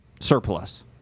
surplus